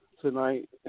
tonight